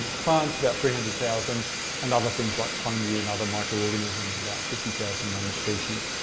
plants about three hundred thousand and other things like fungi and other microorganisms about fifty thousand named species.